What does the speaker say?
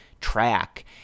track